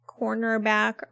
Cornerback